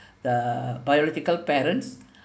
the biological parents